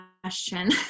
question